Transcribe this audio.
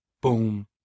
boom